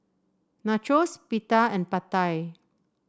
Nachos Pita and Pad Thai